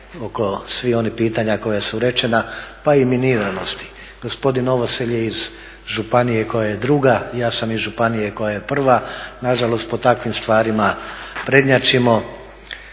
oko svih onih pitanja koja su rečena pa i miniranosti. Gospodin Novosel je iz županije koja je druga, ja sam iz županije koja je prva nažalost po takvim stvarima prednjačimo,